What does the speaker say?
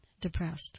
depressed